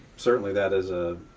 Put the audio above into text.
certainly that is a